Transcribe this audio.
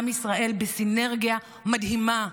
עם ישראל בסינרגיה מדהימה,